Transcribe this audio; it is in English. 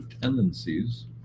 tendencies